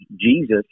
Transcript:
Jesus